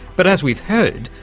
but as we've heard,